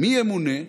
מי ימונה,